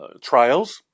trials